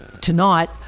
tonight